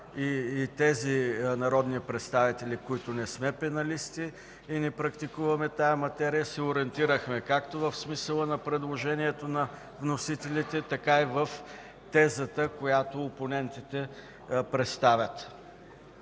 и тези народни представители, които не сме пеналисти и не практикуваме тази материя, се ориентирахме както в смисъла на предложението на вносителите, така и в тезата, която опонентите представят.